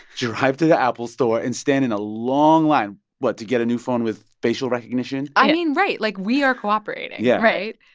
drive to the apple store and stand in a long line what? to get a new phone with facial recognition yeah i mean right. like, we are cooperating yeah right